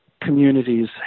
communities